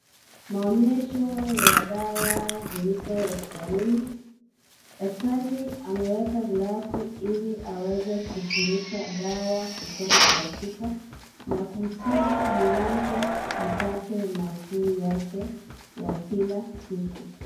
Maonyesho ya dawa zilizo hospitalini. Daktari ameweka glavu ili aweze kuvuruta dawa kutoka kwa chupa na kumtibu mgonjwa apate nafuu yake ya kila siku.